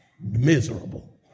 miserable